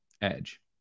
Edge